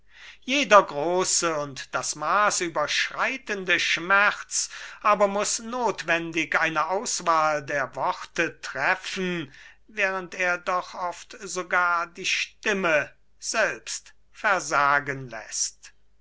jeder große und das maß überschreitende schmerz aber muß nothwendig eine auswahl der worte treffen während er doch oft sogar die stimme selbst versagen läßt